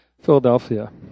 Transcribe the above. Philadelphia